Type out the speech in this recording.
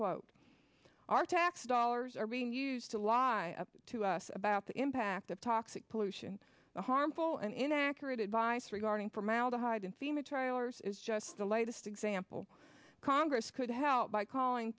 quote our tax dollars are being used to lie to us about the impact of toxic pollution harmful and inaccurate advice regarding formaldehyde and fema tylers is just the latest example congress could help by calling